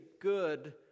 good